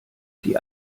die